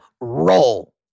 roll